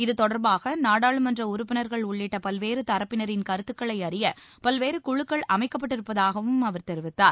இதுதொடர்பாக நாடாளுமன்ற உறுப்பினர்கள் உள்ளிட்ட பல்வேறு தரப்பினரின் கருத்துக்களை அறிய பல்வேறு குழுக்கள் அமைக்கப்பட்டிருப்பதாகவும் அவர் தெரிவித்தார்